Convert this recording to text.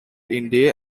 indie